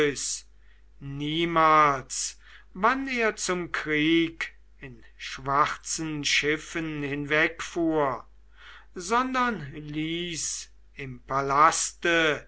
niemals wann er zum krieg in schwarzen schiffen hinwegfuhr sondern ließ im palaste